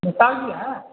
گوپال جی ہیں